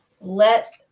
let